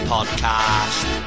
Podcast